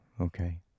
okay